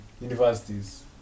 universities